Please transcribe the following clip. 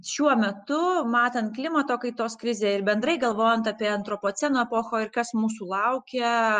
šiuo metu matant klimato kaitos krizę ir bendrai galvojant apie antropoceno epochą kas mūsų laukia